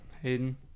Hayden